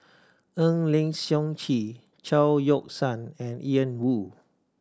Eng Lee Seok Chee Chao Yoke San and Ian Woo